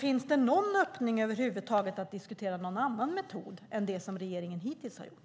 Finns det över huvud taget någon öppning att diskutera någon annan metod än det som regeringen hittills har gjort?